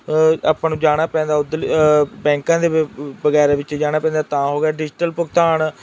ਆਪਾਂ ਨੂੰ ਜਾਣਾ ਪੈਂਦਾ ਉੱਧਰਲੀ ਬੈਂਕਾਂ ਦੇ ਬ ਵਗੈਰਾਂ ਵਿੱਚ ਜਾਣਾ ਪੈਂਦਾ ਤਾਂ ਹੋ ਗਿਆ ਡਿਜ਼ੀਟਲ ਭੁਗਤਾਨ